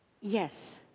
yes